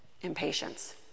impatience